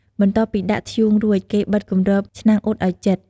បន្ទាប់ពីដាក់ធ្យូងរួច គេបិទគម្របឆ្នាំងអ៊ុតឲ្យជិត។